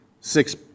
six